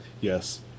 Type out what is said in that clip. Yes